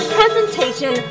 presentation